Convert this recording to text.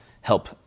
help